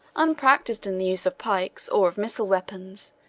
unpractised in the use of pikes, or of missile weapons,